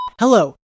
Hello